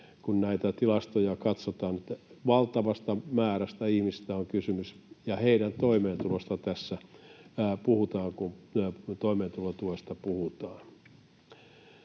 kun näitä tilastoja katsotaan — valtavasta määrästä ihmisiä on kyse. Ja heidän toimeentulostaan